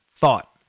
Thought